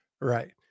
right